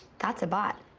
that's a bot.